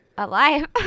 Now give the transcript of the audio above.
Alive